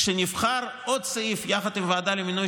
כשנבחר עוד סעיף יחד עם הוועדה למינוי